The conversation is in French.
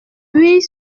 puis